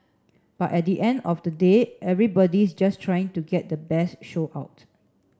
but at the end of the day everybody's just trying to get the best show out